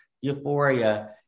Euphoria